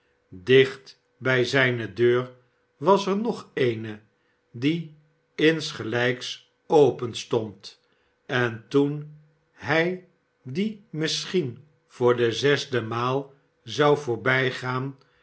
dicht by zijne deur was er nog eene die insgelijks openstond en toen jnj die misschien voor de zesde maal zou voorbijgaan